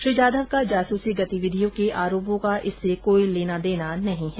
श्री जाधव का जासूसी गतिविधियों के आरोपों का इससे कोई लेना देना नहीं है